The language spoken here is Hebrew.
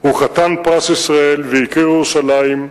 הוא חתן פרס ישראל ויקיר ירושלים,